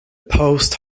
post